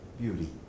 beauty